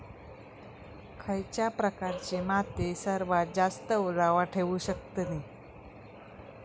खयच्या प्रकारची माती सर्वात जास्त ओलावा ठेवू शकतली?